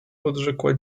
odrzekła